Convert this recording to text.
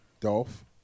Dolph